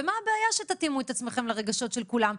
אז מה הבעיה שתתאימו את עצמכם לרגשות של כולם?